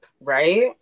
Right